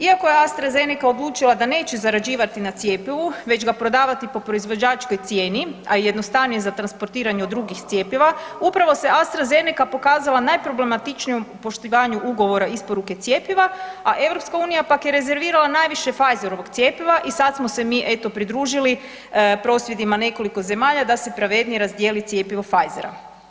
Iako je AstraZeneca odlučila da neće zarađivati na cjepivu već ga prodavati po proizvođačkoj cijeni, a i jednostavnije je za transportiranje od drugih cjepiva upravo se AstraZeneca pokazala najproblematičnijoj u poštivanju ugovora isporuke cjepiva, a EU pak je rezervirala najviše Pfizerovog cjepiva i sad smo se mi eto pridružili prosvjedima nekoliko zemalja da se pravednije razdjeli cjepivo Pfizera.